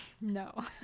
No